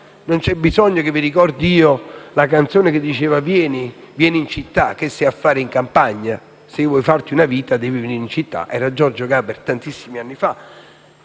Non c'è bisogno che vi ricordi la canzone che diceva: «Vieni, vieni in città. Che stai a fare in campagna? Se tu vuoi farti una vita, devi venire in città». Era Giorgio Gaber, tantissimi anni fa,